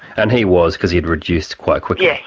and he was, because he'd reduced quite quickly.